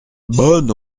bonne